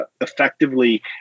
effectively